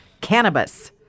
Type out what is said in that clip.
cannabis